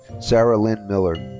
sarah lynn miller.